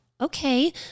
okay